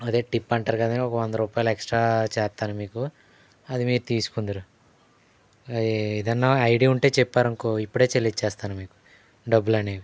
అదే టిప్ అంటారు కదా ఒక వంద రూపాయలు ఎక్స్ట్రా చేస్తాను మీకు అది మీరు తీసుకుందురు ఏదైనా ఐడియా ఉంటే చెప్పారు అనుకో ఇప్పుడే చెల్లించేస్తాను మీకు డబ్బులనేవి